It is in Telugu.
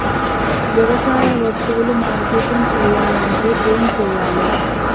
వ్యవసాయ వస్తువులు మార్కెటింగ్ చెయ్యాలంటే ఏం చెయ్యాలే?